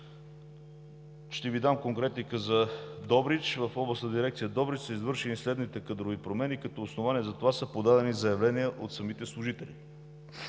Ще Ви дам конкретика за Добрич. В Областна дирекция – Добрич, са извършени следните кадрови промени като основание за това са подадени заявления от самите служители.